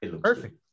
perfect